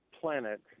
planet